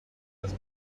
was